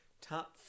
Top